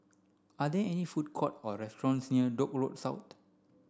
are there any food court or restaurants near Dock Road South